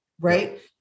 right